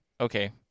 Okay